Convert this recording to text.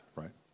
right